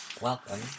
Welcome